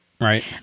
Right